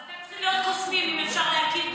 אז אתם צריכים להיות קוסמים אם אפשר להקים,